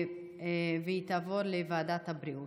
והיא תעבור לוועדת הבריאות.